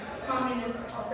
communist